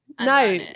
No